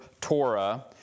Torah